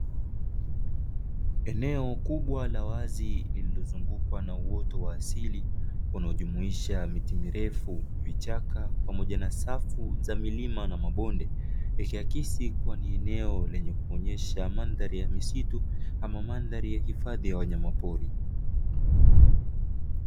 Eneo kubwa la wazi lililozungukwa na uoto wa asili unaojumuisha miti mirefu, vichaka pamoja na safu za milima na mabonde; yakiakisi kuwa ni eneo lenye kuonyesha mandhari ya misitu ama mandhari ya hifadhi ya wanyamapori.